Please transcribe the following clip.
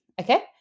okay